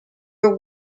were